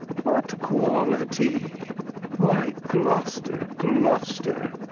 what quahty, why gloster, gloster,